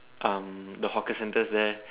um the hawker centres there